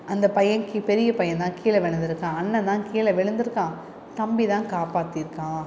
அந்த பையன் கி பெரிய பையன் தான் கீழே விழுந்து இருக்கான் அண்ணன் தான் கீழே விழுந்து இருக்கான் தம்பி தான் காப்பாற்றிருக்கான்